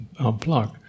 unplug